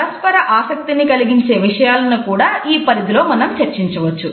పరస్పర ఆసక్తిని కలిగించే విషయాలను కూడా ఈ పరిధిలో మనం చర్చించవచ్చు